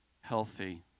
healthy